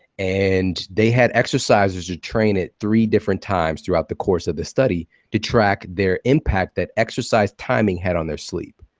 and they had exercisers who train at three different times throughout the course of the study to track their impact that exercise timing had on their sleep.